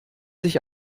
sich